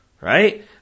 Right